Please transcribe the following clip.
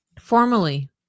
Formally